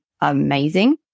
amazing